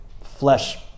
flesh